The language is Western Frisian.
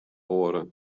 oare